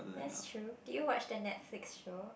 that's true do you watch the Netflix show